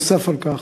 נוסף על כך,